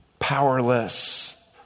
Powerless